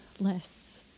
less